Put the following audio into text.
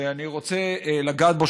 שאני רוצה לגעת בו,